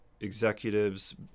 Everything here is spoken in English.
executives